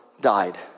died